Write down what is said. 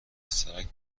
پسرک